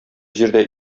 җирдә